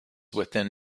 within